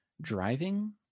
Driving